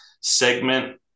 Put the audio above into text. segment